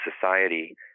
society